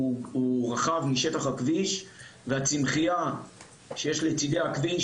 רחב משטח הכביש והצמחייה שיש לצדי הכביש